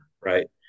Right